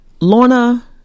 lorna